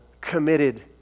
committed